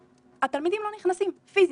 התלמידים לא נכנסים, פיזית.